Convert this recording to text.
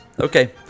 Okay